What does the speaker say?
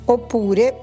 Oppure